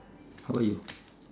how about you